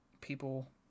people